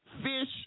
Fish